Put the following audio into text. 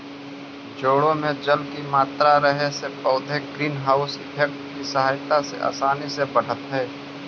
जड़ों में जल की मात्रा रहे से पौधे ग्रीन हाउस इफेक्ट की सहायता से आसानी से बढ़त हइ